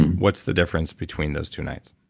what's the difference between those two nights?